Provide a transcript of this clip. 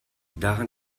daran